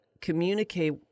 communicate